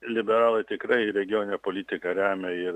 liberalai tikrai regioninę politiką remia ir